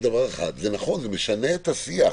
זה משנה את השיח.